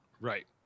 right